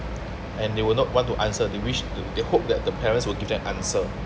and they will not want to answer they wished th~ they hope that the parents will give them answer